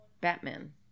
batman